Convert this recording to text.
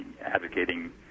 advocating